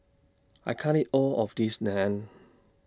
I can't eat All of This Naan